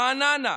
רעננה,